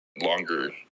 longer